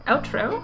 Outro